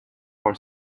for